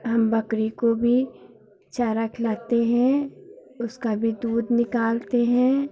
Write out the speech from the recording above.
हम बकरी को भी चारा खिलाते हैं उसका भी दूध निकालते हैं